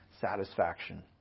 satisfaction